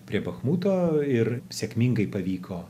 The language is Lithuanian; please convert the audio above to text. prie bachmuto ir sėkmingai pavyko